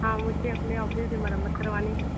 हाँ मुझे अपने ऑफिस से मरम्मत करवानी है